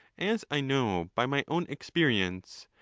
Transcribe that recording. as i know by my own experience,